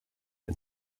and